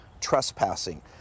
trespassing